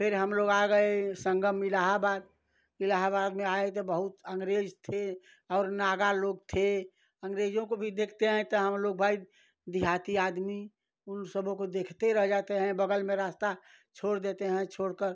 फिर हमलोग आ गए संगम इलाहाबाद इलाहाबाद में आए तो बहुत अंग्रेज थे और नागा लोग थे अंग्रेजों को भी देखते हैं तो हमलोग भाई देहाती आदमी उन सबों को देखते रह जाते हैं बगल में रास्ता छोड़ देते हैं छोड़कर